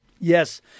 yes